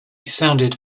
sounded